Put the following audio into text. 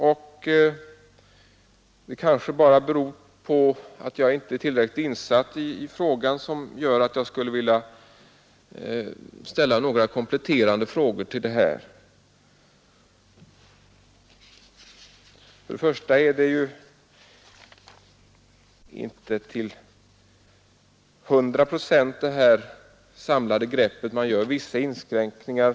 Det är kanske bara för att jag inte är tillräckligt insatt i saken som jag skulle vilja ställa några kompletterande frågor. Först och främst är detta inte till hundra procent det samlade grepp jag efterlyste. Man gör vissa inskränkningar.